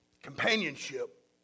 companionship